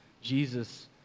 Jesus